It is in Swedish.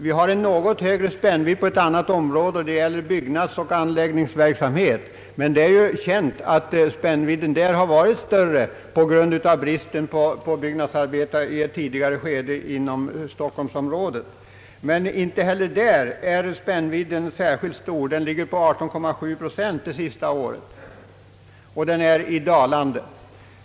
Vi har en något större spännvidd på ett annat område, och det gäller byggnadsoch anläggningsverksamhet, men det är ju känt att spännvidden där varit större på grund av bristen på byggnadsarbetare inom stockholmsområdet under ett tidigare skede. Men inte heller där är spännvidden särskilt stor. Den ligger på 18,7 procent det senaste året, och den är i dalande.